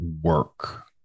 work